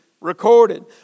recorded